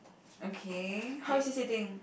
okay how is he sitting